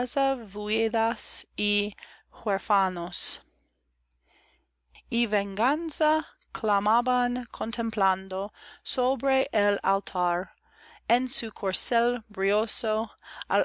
viudas y huérfanos y venganza clamaban contemplando sobre